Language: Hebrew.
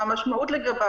מהי המשמעות לגביו?